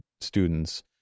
students